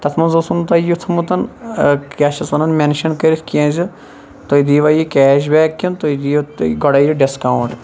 تَتھ مَنٛز اوسو نہٕ تۄہہِ یہِ تھوومُت کیاہ چھِ اَتھ وَنان میٚنشَن کٔرِتھ کینٛہہ زِ تُہۍ دیٖوا یہِ کیش بیک کِن تُہۍ دِیِو گۄڈے یہِ ڈِسکاوُنٹ